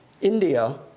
India